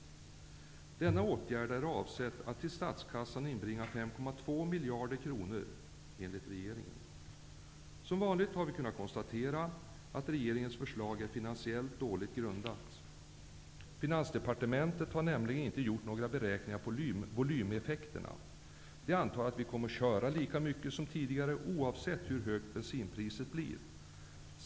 Bensinskattehöjningen är avsedd att till statskassan inbringa 2 miljarder kronor, enligt regeringen. Som vanligt är regeringens förslag finansiellt dåligt grundat. Finansdepartementet har nämligen inte gjort några beräkningar av volymeffekterna. På Finansdepartementet antar man att människor kommer att åka bil lika mycket som tidigare oavsett hur högt bensinpriset blir.